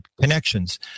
connections